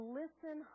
listen